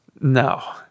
No